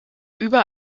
über